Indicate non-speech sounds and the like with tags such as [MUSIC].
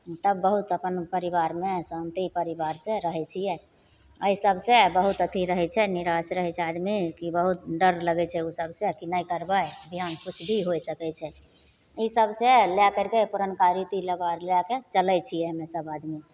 तब बहुत अपन परिवारमे शान्ति परिवारसँ रहय छियै अइ सबसँ बहुत अथी रहय छै निराश रहय छै आदमी कि बहुत डर लगय छै उ सबसँ कि नहि करबय बिहान किछु भी होइ सकय छै ई सबसँ लए करिके पुरनका रीति [UNINTELLIGIBLE] लए करिके चलय छियै हमे सब आदमी